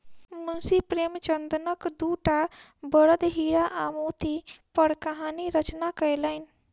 मुंशी प्रेमचंदक दूटा बड़द हीरा आ मोती पर कहानी रचना कयलैन